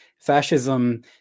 Fascism